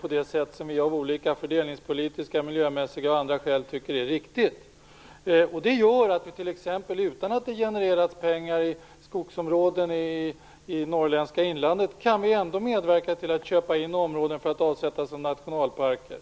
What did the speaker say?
på det sätt som vi av fördelningspolitiska, miljömässiga och andra skäl tycker är viktigt. Vi kan t.ex. utan att det genereras pengar i skogsområden i det norrländska inlandet medverka till att köpa in områden för avsättning till nationalparker.